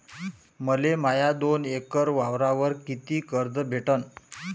मले माया दोन एकर वावरावर कितीक कर्ज भेटन?